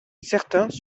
certains